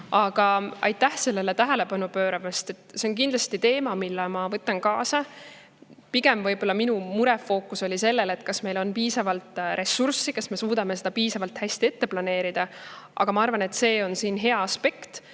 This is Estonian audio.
Aga aitäh sellele tähelepanu pööramast! See on kindlasti teema, mille ma võtan kaasa. Pigem oli minu mure fookus sellel, kas meil on piisavalt ressurssi ja kas me suudame seda piisavalt hästi planeerida. Aga ma arvan, et see on siin hea aspekt.